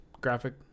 graphic